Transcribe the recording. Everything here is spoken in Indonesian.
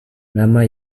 nama